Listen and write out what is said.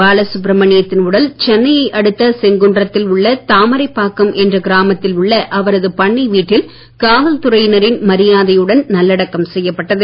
பாலசுப்ரமணியத்தின் சென்னையை உடல் அடுத்த செங்குன்றத்தில் உள்ள தாமரைப்பாக்கம் என்ற கிராமத்தில் உள்ள அவரது பண்ணை வீட்டில் காவல்துறையினரின் மரியாதையுடன் நல்லடக்கம் செய்யப்பட்டது